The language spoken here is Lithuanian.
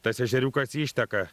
tas ežeriukas išteka